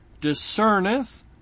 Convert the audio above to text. discerneth